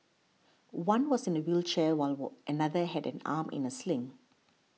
one was in a wheelchair while war another had an arm in a sling